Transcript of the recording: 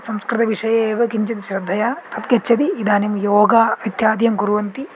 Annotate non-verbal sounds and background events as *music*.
संस्कृतविषये एव किञ्चिद् श्रद्धया तत् *unintelligible* इदानीं योगः इत्यादिकं कुर्वन्ति